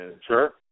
Sure